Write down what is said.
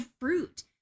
fruit